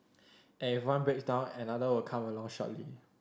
and if one breaks down another will come along shortly